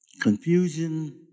Confusion